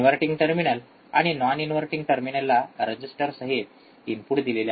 inverting terminal आणि non inverting टर्मिनलला register सहित इनपुट दिलेले आहे